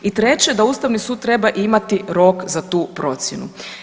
I treće da Ustavni sud treba imati rok za tu procjenu.